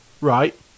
Right